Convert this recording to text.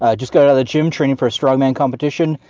ah just got out of the gym training for a strongman competition.